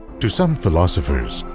to some philosophers,